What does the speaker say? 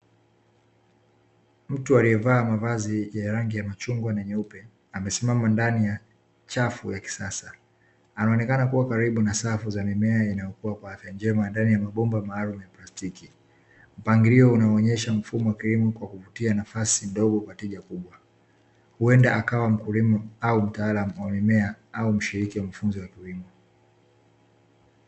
Mtu aliyevaa mavazi ya rangi ya machungwa na nyeupe, amesimama ndani ya chafu ya kisasa. Anaonekana kuwa karibu na safu za mimea inayokuwa kwa afya njema ndani ya mabomba maalumu ya plastiki, mpangilio unaonyesha mfumo wa kilimo kwa kuvutia nafasi ndogo kwa tija kubwa. Huenda akawa mkulima au mtaalamu wa mimea, au mshiriki wa mafunzo ya kilimo.